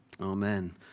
Amen